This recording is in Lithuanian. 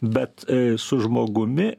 bet su žmogumi